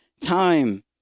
time